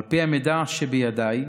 על פי המידע שבידיי,